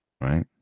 Right